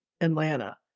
Atlanta